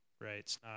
right